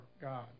God